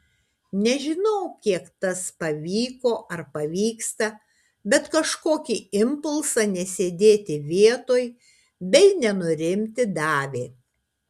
nežinau kiek tas pavyko ar pavyksta bet kažkokį impulsą nesėdėti vietoj bei nenurimti davė